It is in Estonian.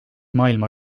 maailma